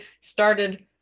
started